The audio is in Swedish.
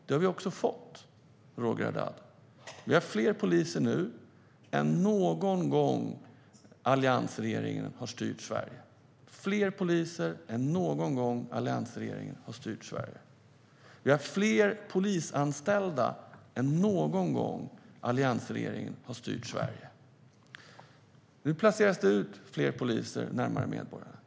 Det har vi också fått, Roger Haddad. Vi har fler poliser nu än någon gång då alliansregeringen har styrt Sverige. Vi har fler polisanställda än någon gång då alliansregeringen har styrt Sverige. Nu placeras det ut fler poliser närmare medborgarna.